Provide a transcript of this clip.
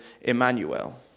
Emmanuel